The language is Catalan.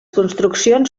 construccions